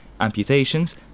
amputations